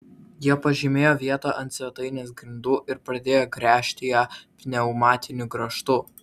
jie pažymėjo vietą ant svetainės grindų ir pradėjo gręžti ją pneumatiniu grąžtu